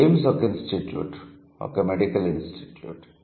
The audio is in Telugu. ఎయిమ్స్ ఒక ఇన్స్టిట్యూట్ ఒక మెడికల్ ఇన్స్టిట్యూట్